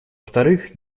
вторых